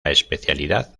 especialidad